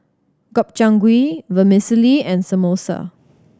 Gobchang Gui Vermicelli and Samosa